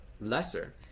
lesser